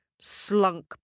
slunk